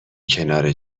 کنار